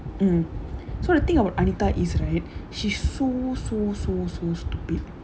mm so the thing about anita is right she's so so so so stupid